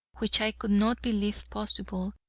which i could not believe possible,